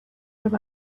from